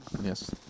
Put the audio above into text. Yes